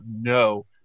No